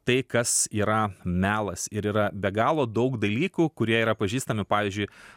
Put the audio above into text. tai kas yra melas ir yra be galo daug dalykų kurie yra pažįstami pavyzdžiui